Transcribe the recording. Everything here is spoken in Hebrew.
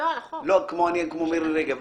זה יכול להיטיב בסעיף מסוים.